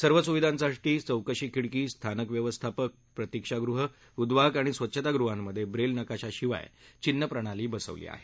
सर्व सुविधांसाठी चौकशी खिडकी स्थानक व्यवस्थापक प्रतिक्षागृहे उद्वाहक आणि स्वच्छतागृहांमध्ये ब्रेल नकाशाशिवाय चिन्हप्रणालीही बसवली आहे